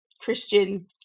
Christian